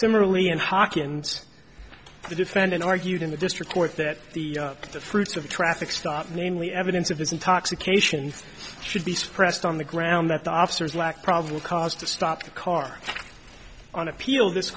similarly in hawkins the defendant argued in the district court that the fruits of a traffic stop namely evidence of this intoxication should be suppressed on the ground that the officers lacked probable cause to stop the car on appeal this